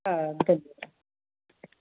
હાં ભલે